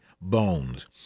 bones